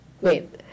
wait